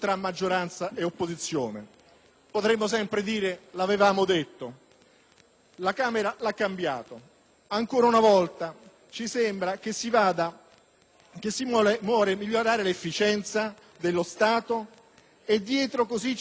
Potremmo sempre dire: «L'avevamo detto». La Camera lo ha cambiato. Ancora una volta ci sembra che si voglia migliorare l'efficienza dello Stato e in questo modo nascondere la vera realtà: